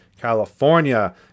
California